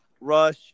rush